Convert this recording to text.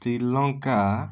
Sri Lanka